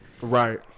Right